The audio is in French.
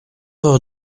heures